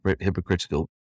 hypocritical